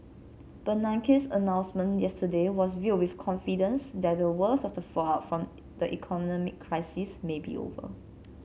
Bernanke's announcement yesterday was viewed with confidence that the worst of the fallout from the economic crisis may be over